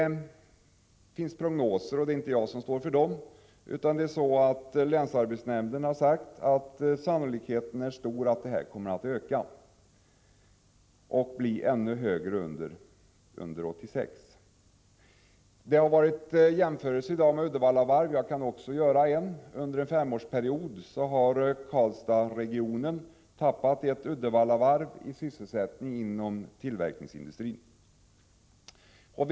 Länsarbetsnämnden har i sina prognoser sagt att sannolikheten för att detta antal kommer att öka ytterligare under 1986 är stor. Det har i dag gjorts jämförelser med Uddevallavarvet, och även jag kan göra en sådan. Karlstadsregionen har under en femårsperiod förlorat sysselsättning inom tillverkningsindustrin motsvarande ett Uddevallavarv.